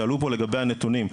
שאלו פה לגבי הנתונים.